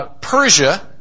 Persia